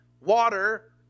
Water